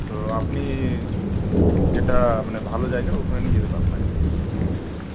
তো আপনি যেটা মানে ভালো জায়গা ওখানে নিয়ে যেতে হবে আপনাকে হুঁ